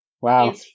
wow